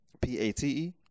P-A-T-E